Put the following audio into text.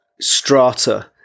strata